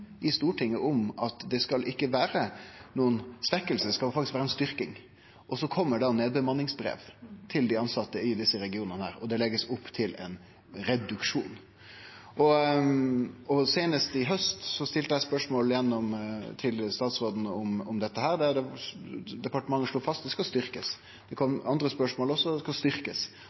i Stortinget om at det ikkje skal vere noka svekking. Det skal faktisk vere ei styrking, og så kjem det da nedbemanningsbrev til dei tilsette i desse regionane, og det blir lagt opp til ein reduksjon. Seinast i haust stilte eg spørsmål til statsråden om dette, der departementet slo fast at det skal styrkjast. Det kom andre spørsmål også – og svaret var at det